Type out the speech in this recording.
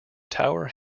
tower